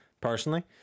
personally